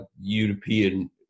European